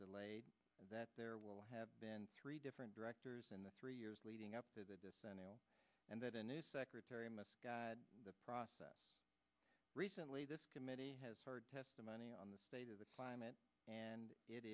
delayed that there will have been three different directors in the three years leading up to the dissent and that a new secretary must guide the process recently this committee has heard testimony on the state of the climate and it